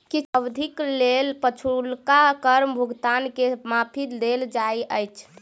किछ अवधिक लेल पछुलका कर भुगतान के माफी देल जाइत अछि